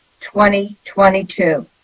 2022